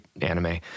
anime